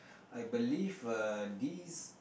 I believe uh these